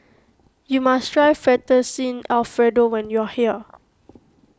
you must try Fettuccine Alfredo when you are here